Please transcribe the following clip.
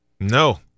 No